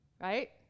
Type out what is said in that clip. right